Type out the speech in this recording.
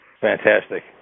Fantastic